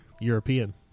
european